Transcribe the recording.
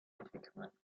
entwicklungen